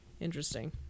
Interesting